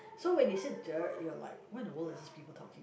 so when they say duh you're like what in the world is these people talking